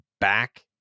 back